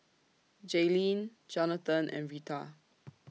Jailene Jonathan and Reta